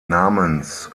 namens